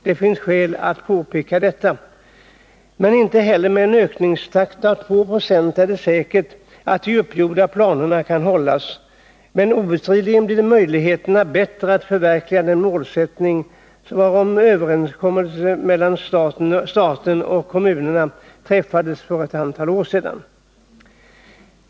Det finns skäl att påpeka detta. Men inte heller med en ökningstakt av 2 0 är det säkert att de uppgjorda planerna kan hållas. Obestridligen blir dock möjligheterna bättre att förverkliga den målsättning varom överenskommelse mellan stat och kommun träffades för ett antal år sedan.